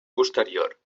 posterior